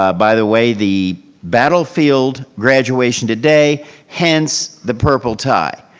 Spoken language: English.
ah by the way the battlefield graduation today hence the purple tie.